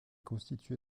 constitué